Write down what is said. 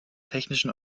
technischen